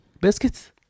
Biscuits